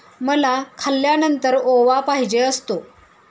मला खाल्यानंतर ओवा पाहिजे असतो